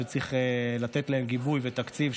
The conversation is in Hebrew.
שצריך לתת להם גיבוי ותקציב,